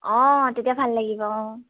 অঁ তেতিয়া ভাল লাগিব অঁ